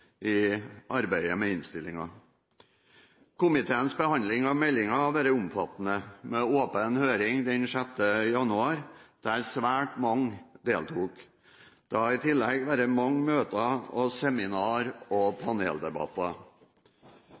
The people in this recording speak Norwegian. i arbeidet med innstillingen. Komiteens behandling av meldingen har vært omfattende, med åpen høring den 6. januar, der svært mange deltok. Det har i tillegg vært mange møter, seminarer og paneldebatter.